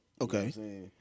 Okay